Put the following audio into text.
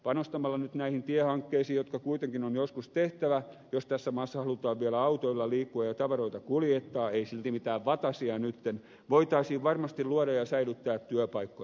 panostamalla nyt näihin tiehankkeisiin jotka kuitenkin on joskus tehtävä jos tässä maassa halutaan vielä autoilla liikkua ja tavaroita kuljettaa ei silti mitään vatasia nyt voitaisiin varmasti luoda ja säilyttää työpaikkoja